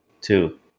two